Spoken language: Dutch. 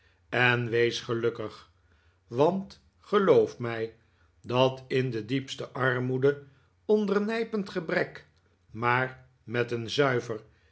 en weesgelukkig want geloof mij dat in de diepste armoede onder nijpend gebrek maar met een zuiver